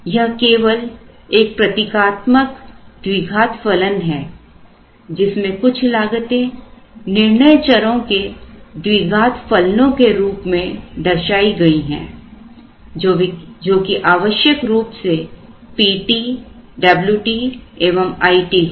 यह केवल एक प्रतीकात्मक द्विघात फलन है जिसमें कुछ लागतें निर्णय चरों के द्विघात फलनों के रूप में दर्शाई गई हैं जो कि आवश्यक रूप से Pt Wt एवं It है